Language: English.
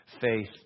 faith